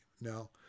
now